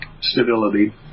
stability